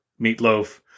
Meatloaf